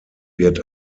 wird